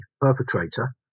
perpetrator